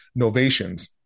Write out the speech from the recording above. novations